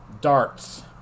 Darts